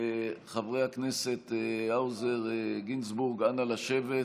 חברי הכנסת האוזר וגינזבורג, אנא, לשבת,